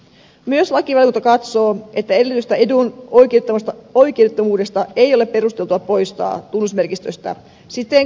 myös lakivaliokunta katsoo että edellytystä edun oikeudettomuudesta ei ole perusteltua poistaa tunnusmerkistöstä siten kuin esityksessä esitetään